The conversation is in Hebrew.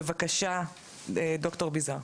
בבקשה ד"ר ביזר,